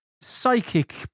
psychic